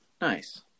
Nice